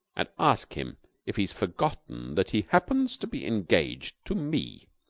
and ask him if he's forgotten that he happens to be engaged to me.